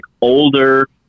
older